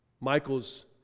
Michael's